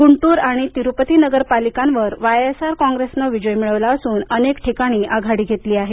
गुंटूर आणि तिरुपती नगरपालिकांवर वायएसआर कॉंग्रेसनं विजय मिळवला असून अनेक ठिकाणी आघाडी घेतली आहे